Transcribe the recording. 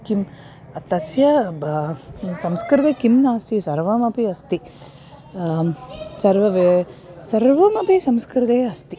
किं तस्य ब संस्कृते किं नास्ति सर्वमपि अस्ति सर्वे सर्वमपि संस्कृते अस्ति